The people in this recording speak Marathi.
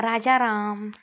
राजराम